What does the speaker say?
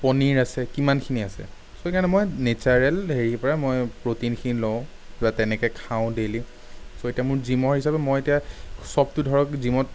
পনীৰ আছে কিমানখিনি আছে চ' সেই কাৰণে মই নেছাৰেল হেৰিৰ পৰা মই প্ৰ'টিনখিনি লওঁ বা তেনেকে খাওঁ ডেইলী চ' এতিয়া মোৰ জিমৰ হিচাপে মই এতিয়া চবটো ধৰক জিমত